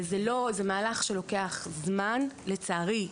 זה מהלך שלוקח זמן, ולצערי הרבה יותר מדי.